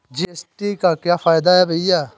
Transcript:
GST का क्या फायदा है भैया?